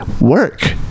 work